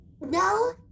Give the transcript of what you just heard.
No